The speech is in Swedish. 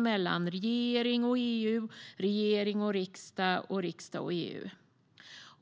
mellan regeringen och EU, mellan regeringen och riksdagen och mellan riksdagen och EU.